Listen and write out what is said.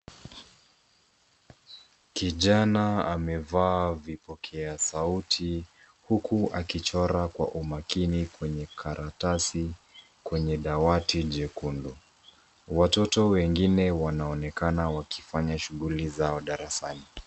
Kijana amevaa vipokea sauti huku akichora kwa umakini kwenye karatasi kwenye dawati jekundu. Watoto wengine wanaonekana wakifanya shughuli zao darasani.